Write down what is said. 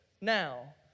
now